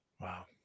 Wow